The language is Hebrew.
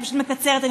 אני מקצרת,